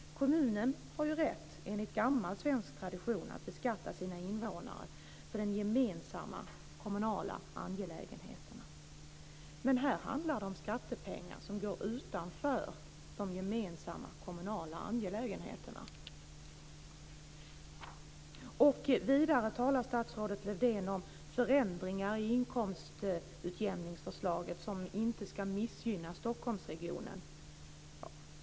Enligt gammal svensk tradition har kommunerna rätt att beskatta sina invånare för de gemensamma kommunala angelägenheterna, men här handlar det om skattepengar som går utanför de gemensamma kommunala angelägenheterna. Vidare talar statsrådet Lövdén om förändringar i inkomstutjämningsförslaget som inte ska missgynna Stockholmsregionen.